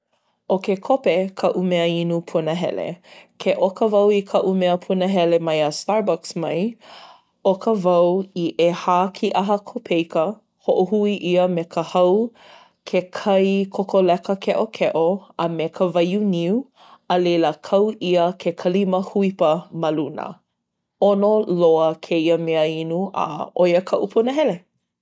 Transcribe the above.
ʻO ke kope kaʻu mea inu punahele. Ke ʻoka wau i kaʻu mea punahele maiā Starbucks mai, ʻoka wau i ʻehā kīʻaha kopeika, hoʻohui ʻia me ka hau, ke kai kokoleka keʻokeʻo a me ka waiū niu. A laila kau ʻia ke kalima huipa ma luna. ʻOno loa kēia mea inu, a ʻo ia kaʻu punahele.